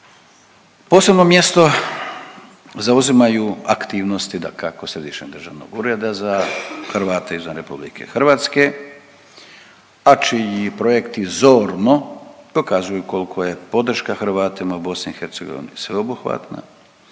Posebno mjesto zauzimaju aktivnosti, dakako Središnjeg državnog ureda za Hrvate izvan RH, a čiji projekti zorno pokazuju koliko je podrška Hrvatima u BiH sveobuhvatna